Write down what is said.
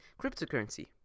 cryptocurrency